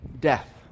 death